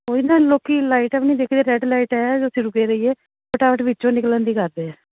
ਉਹੀ ਨਾ ਲੋਕੀ ਲਾਈਟਾਂ ਵੀ ਨਹੀਂ ਦੇਖਦੇ ਰੈੱਡ ਲਾਈਟ ਹੈ ਜਦੋਂ ਤੁਸੀਂ ਰੁਕੇ ਵੇ ਹੀ ਹੈ ਫਟਾਫਟ ਵਿੱਚੋਂ ਨਿਕਲਣ ਦੀ ਕਰਦੇ ਹੈ